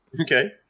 Okay